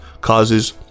causes